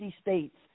states